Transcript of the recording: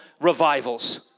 revivals